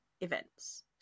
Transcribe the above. events